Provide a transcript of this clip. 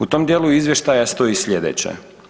U tom dijelu Izvještaja stoji sljedeće.